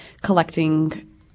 collecting